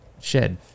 Shed